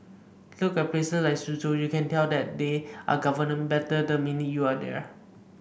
look at places like Suzhou you can tell that they are governed better the minute you are there